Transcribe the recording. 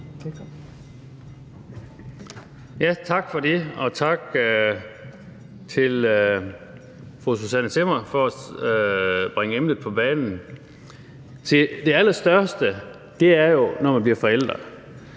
Tak for det, og tak til fru Susanne Zimmer for at bringe emnet på bane. Se, det allerstørste er jo, når man bliver forælder.